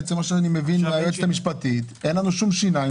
עכשיו אני מבין מהיועצת המשפטית שאין לנו שום שיניים.